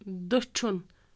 دٔچھُن